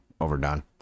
overdone